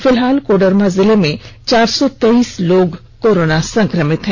फिलहाल कोडरमा जिले में चार सौ तेईस लोग कोरोना संक्रमित हैं